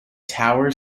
tower